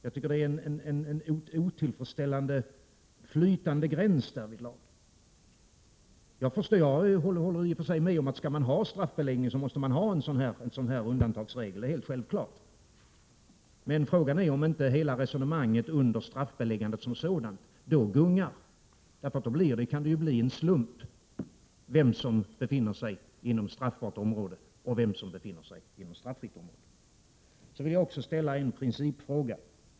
Jag tycker att det är en otillfredsställande, flytande gräns därvidlag. Jag håller i och för sig med om att skall man ha straffbeläggning, så måste man ha en sådan här undantagsregel; det är helt självklart. Men frågan är om inte hela resonemanget när det gäller straffbeläggandet som sådant då gungar, för då kan det ju bero på en slump vem som befinner sig inom straffbart område och vem som befinner sig inom straffritt område. Så vill jag också ställa en principfråga.